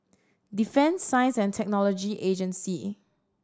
Defence Science And Technology Agency